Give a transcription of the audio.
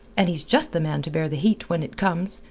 and he's just the man to bear the heat when it comes.